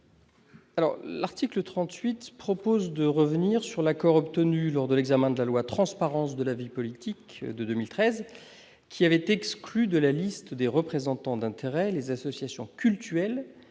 l'article 38, il propose de revenir sur l'accord obtenu lors de l'examen de la loi, transparence de la vie politique de 2013 qui avait exclu de la liste des représentants d'intérêts, les associations cultuelles